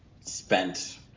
spent